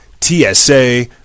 TSA